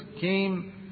came